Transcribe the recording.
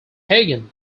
hagen